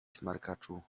smarkaczu